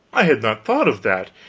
i had not thought of that,